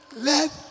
let